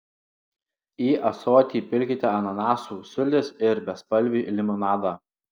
į ąsotį pilkite ananasų sultis ir bespalvį limonadą